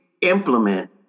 implement